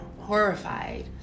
horrified